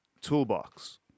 toolbox